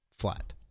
Flat